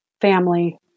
family